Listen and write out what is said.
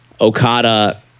Okada